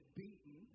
beaten